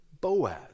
Boaz